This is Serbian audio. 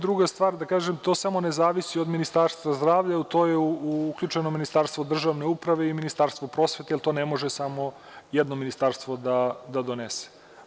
Druga stvar, da kažem, to samo ne zavisi od Ministarstva zdravlja, u to je uključeno Ministarstvo državne uprave i Ministarstvo prosvete, jel to ne može samo jedno ministarstvo da donese.